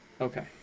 Okay